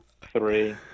three